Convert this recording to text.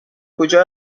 کجا